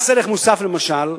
מס ערך מוסף, למשל,